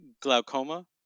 glaucoma